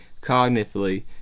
cognitively